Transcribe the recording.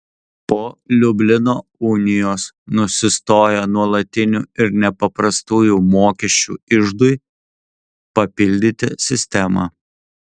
po liublino unijos nusistojo nuolatinių ir nepaprastųjų mokesčių iždui papildyti sistema